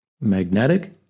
Magnetic